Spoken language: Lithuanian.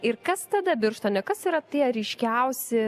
ir kas tada birštone kas yra tie ryškiausi